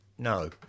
No